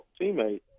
teammate